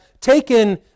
taken